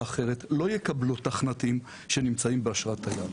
הם מקבלים את ה- -- כולם באופן גורף,